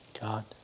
God